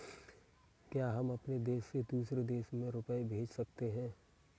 क्या हम अपने देश से दूसरे देश में रुपये भेज सकते हैं?